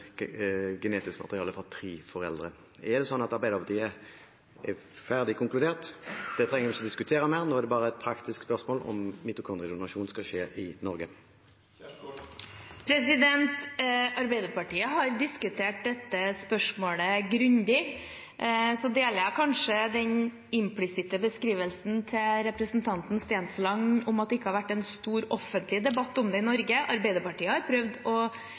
genetisk materiale fra tre foreldre? Er det slik at Arbeiderpartiet har konkludert ferdig – at det trenger vi ikke å diskutere mer, nå er det bare et praktisk spørsmål om mitokondriedonasjon skal skje i Norge? Arbeiderpartiet har diskutert dette spørsmålet grundig. Jeg deler kanskje den implisitte beskrivelsen til representanten Stensland om at det ikke har vært en stor offentlig debatt om dette i Norge. Arbeiderpartiet har prøvd å